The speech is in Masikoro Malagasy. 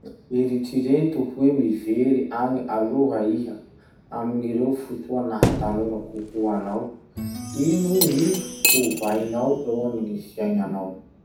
Eritsereto hoe mivery agny aloha iha amignireo fotoa naha tanora kokoa anao. Ino gny hovainao eo amin'ny fiainanao?